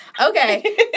Okay